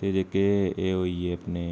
ते जेह्की एह् होई गे अपने